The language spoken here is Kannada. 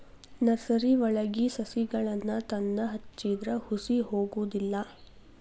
ನರ್ಸರಿವಳಗಿ ಸಸಿಗಳನ್ನಾ ತಂದ ಹಚ್ಚಿದ್ರ ಹುಸಿ ಹೊಗುದಿಲ್ಲಾ